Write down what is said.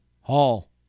Hall